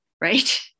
right